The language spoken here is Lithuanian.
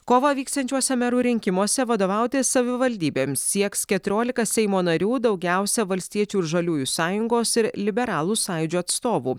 kovą vyksiančiuose merų rinkimuose vadovauti savivaldybėms sieks keturiolika seimo narių daugiausia valstiečių ir žaliųjų sąjungos ir liberalų sąjūdžio atstovų